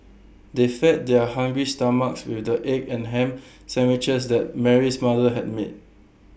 they fed their hungry stomachs with the egg and Ham Sandwiches that Mary's mother had made